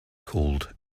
called